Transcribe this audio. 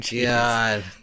God